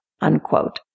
unquote